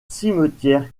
cimetière